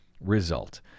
result